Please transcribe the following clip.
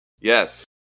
Yes